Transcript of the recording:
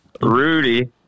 Rudy